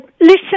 listen